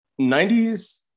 90s